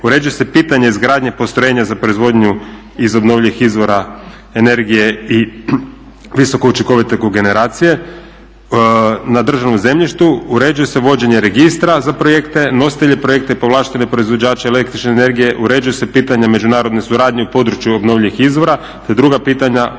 uređuje se pitanje izgradnje postrojenja za proizvodnju iz obnovljivih izvora energije i visokoučinkovite kogeneracije na državnom zemljištu, uređuje se vođenje registra za projekte, nositelje projekata povlaštenih proizvođača el.energije, uređuje se pitanje međunarodne suradnje u području obnovljivih izvora te druga pitanja